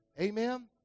Amen